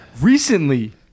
recently